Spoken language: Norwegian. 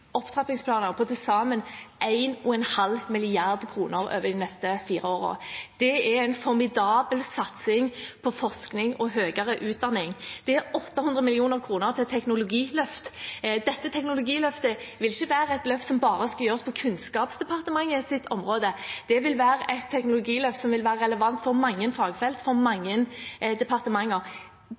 opptrappingsplaner på til sammen 1,5 mrd. kr over de neste fire årene. Det er en formidabel satsing på forskning og høyere utdanning. Det er 800 mill. kr til et teknologiløft. Dette teknologiløftet vil ikke være et løft som bare skal gjøres på Kunnskapsdepartementets område; det vil være et teknologiløft som vil være relevant for mange fagfelt, for mange departementer.